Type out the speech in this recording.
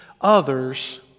others